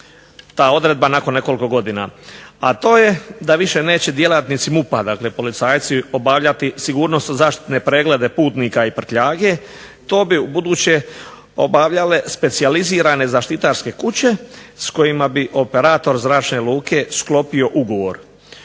ta odredba nakon nekoliko godina, a to je da više neće djelatnici MUP-a, dakle policajci obavljati sigurnosno-zaštitne preglede putnika i prtljage. To bi u buduće obavljale specijalizirane zaštitarske kuće s kojima bi operator zračne luke sklopio ugovor.